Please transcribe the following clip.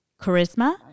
charisma